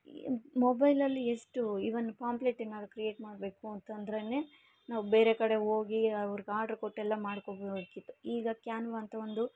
ಮೊಬೈಲಲ್ಲಿ ಎಷ್ಟು even pamphlet ಏನಾರು ಕ್ರಿಯೇಟ್ ಮಾಡಬೇಕು ಅಂತಂದ್ರೆ ನಾವು ಬೇರೆ ಕಡೆ ಹೋಗಿ ಅವ್ರಿಗೆ ಆರ್ಡ್ರ್ ಕೊಟ್ಟೆಲ್ಲಾ ಮಾಡಿಕೋಬೇಕಿತ್ತು ಈಗ ಕ್ಯಾನ್ವಾ ಅಂತ ಒಂದು